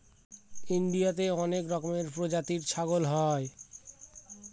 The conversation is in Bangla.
ইন্ডিয়াতে অনেক রকমের প্রজাতির ছাগল হয়